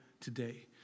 today